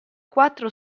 quattro